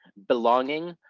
belonging,